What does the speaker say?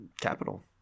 capital